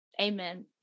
Amen